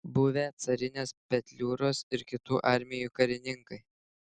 buvę carinės petliūros ir kitų armijų karininkai